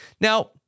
Now